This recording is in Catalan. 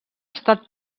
estat